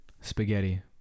Spaghetti